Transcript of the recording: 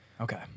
Okay